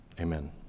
amen